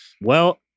Well-